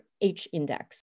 H-Index